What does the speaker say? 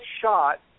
shot